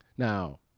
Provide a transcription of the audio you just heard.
Now